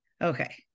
Okay